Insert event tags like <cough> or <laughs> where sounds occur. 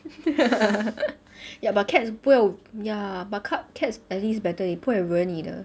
<laughs> ya but cats 不会 ya but ca~ cats at least better they 不会惹你的